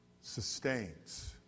sustains